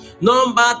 Number